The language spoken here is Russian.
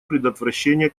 предотвращение